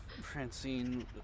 Francine